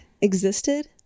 Existed